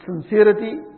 sincerity